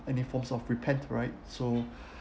and the forms of repent right so